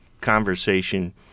conversation